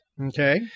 Okay